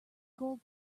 gold